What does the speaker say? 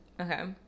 Okay